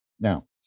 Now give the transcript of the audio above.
Now